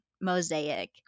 mosaic